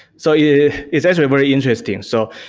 so, yeah it's actually very interesting. so,